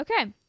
Okay